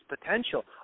potential